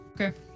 Okay